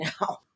now